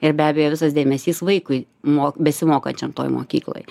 ir be abejo visas dėmesys vaikui mo besimokančiam toj mokykloj